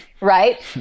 right